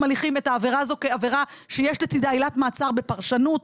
הליכים את העבירה הזו כעבירה שיש לצידה עילת מעצר בפרשנות,